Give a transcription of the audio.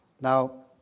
Now